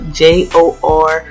j-o-r